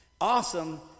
Awesome